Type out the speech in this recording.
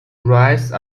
rice